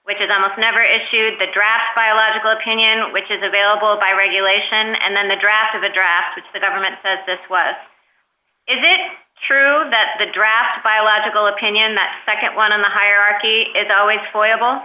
which is almost never issued the draft biological opinion which is available by regulation and then the draft of a draft which the government says this was is it true that the draft biological opinion that nd one in the hierarchy is always foi